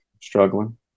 struggling